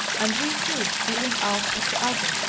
and we two stealing out at the other,